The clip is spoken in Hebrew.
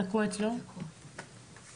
עושה הרבה מאוד.